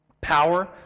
power